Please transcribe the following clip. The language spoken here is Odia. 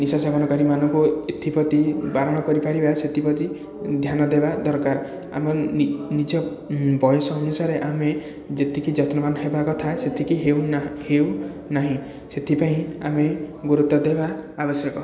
ନିଶା ସେବନକାରୀ ମାନଙ୍କୁ ଏଥିପ୍ରତି ବାରଣ କରିପାରିବା ସେଥିପ୍ରତି ଧ୍ୟାନ ଦେବା ଦରକାର ଆମର ନିଜ ବୟସ ଅନୁସାରେ ଆମେ ଯେତିକି ଯତ୍ନବାନ ହେବା କଥା ସେତିକି ହେଉ ନାହିଁ ସେଥିପାଇଁ ଆମେ ଗୁରୁତ୍ୱ ଦେବା ଆବଶ୍ୟକ